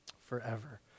forever